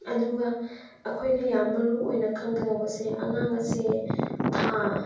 ꯑꯗꯨꯒ ꯑꯩꯈꯣꯏꯅ ꯌꯥꯝ ꯃꯔꯨꯑꯣꯏꯅ ꯈꯪꯒꯗꯧꯕꯁꯦ ꯑꯉꯥꯡ ꯑꯁꯦ ꯊꯥ